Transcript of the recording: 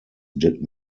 did